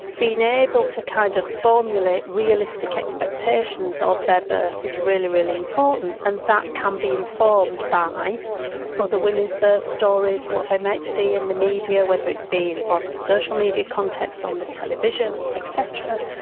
being able to kind of formulate realistic expectations of their birth is really, really important, and that can be informed by other women's birth stories, what they might see in the media, whether it be in um a social media context, on the television, et cetera.